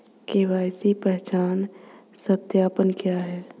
KYC पहचान सत्यापन क्या है?